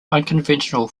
unconventional